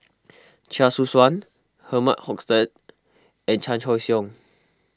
Chia Choo Suan Herman Hochstadt and Chan Choy Siong